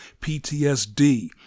PTSD